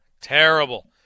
Terrible